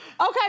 Okay